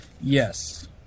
Yes